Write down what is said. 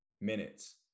minutes